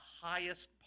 highest